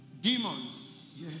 Demons